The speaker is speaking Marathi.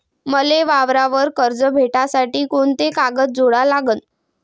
मले वावरावर कर्ज भेटासाठी कोंते कागद जोडा लागन?